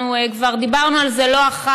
אנחנו כבר דיברנו על זה לא אחת,